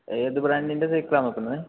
ഏത് ബ്രാൻഡിൻ്റെ സേക്കിലാ നോക്കുന്നത്